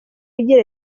igira